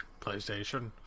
PlayStation